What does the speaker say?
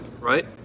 right